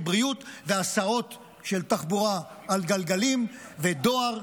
בריאות והסעות של תחבורה על גלגלים ודואר,